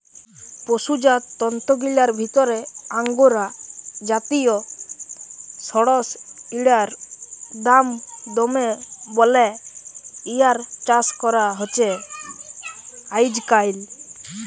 পসুজাত তন্তুগিলার ভিতরে আঙগোরা জাতিয় সড়সইড়ার দাম দমে বল্যে ইয়ার চাস করা হছে আইজকাইল